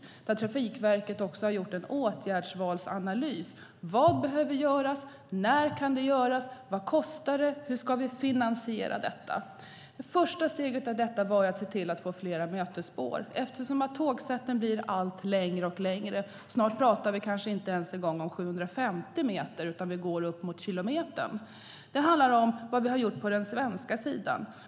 Där har Trafikverket gjort en åtgärdsvalsanalys. Det handlar om vad som behöver göras, när det kan göras, vad det kostar och hur vi ska finansiera detta. Det första steget var att få flera mötesspår eftersom tågsätten blir allt längre - snart är det inte ens 750 meter vi pratar om utan snarare uppemot 1 kilometer. Det handlar om vad vi har gjort på den svenska sidan.